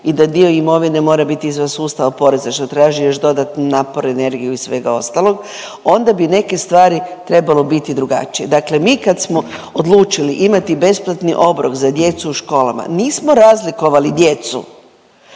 i da dio imovine mora biti izvan sustava poreza što traži još dodatni napor, energiju i svega ostalog, onda bi neke stvari trebalo biti drugačije. Dakle mi kad smo odlučili imati besplatni obrok za djecu u školama, nismo razlikovali djecu